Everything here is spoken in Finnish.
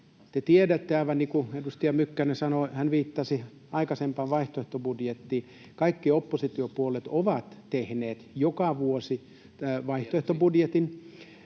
niin kuin edustaja Mykkänen viittasi aikaisempaan vaihtoehtobudjettiin, että kaikki oppositiopuolueet ovat tehneet joka vuosi vaihtoehtobudjetin,